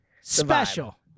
special